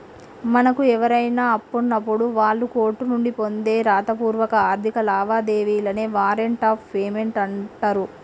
మనకు ఎవరైనా అప్పున్నప్పుడు వాళ్ళు కోర్టు నుండి పొందే రాతపూర్వక ఆర్థిక లావాదేవీలనే వారెంట్ ఆఫ్ పేమెంట్ అంటరు